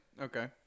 Okay